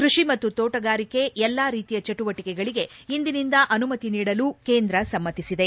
ಕ್ಕಷಿ ಮತ್ತು ತೋಟಗಾರಿಕೆಯ ಎಲ್ಲಾ ರೀತಿಯ ಚಟುವಟಿಕೆಗಳಿಗೆ ಇಂದಿನಿಂದ ಅನುಮತಿ ನೀಡಲು ಕೇಂದ್ರ ಸಮ್ಮತಿಸಿದೆ